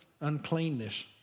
uncleanness